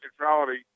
neutrality